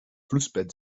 flussbett